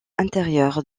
intérieur